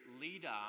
leader